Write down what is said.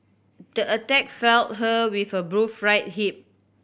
the attack felt her with a right hip